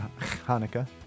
Hanukkah